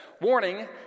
Warning